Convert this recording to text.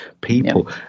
people